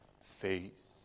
faith